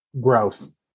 Gross